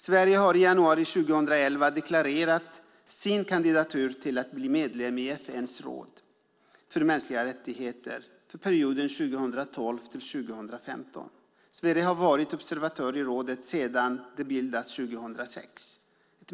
Sverige har i januari 2011 deklarerat sin kandidatur till att bli medlem i FN:s råd för mänskliga rättigheter för perioden 2012-2015. Sverige har varit observatör i rådet sedan det bildades 2006.